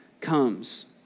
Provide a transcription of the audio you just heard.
comes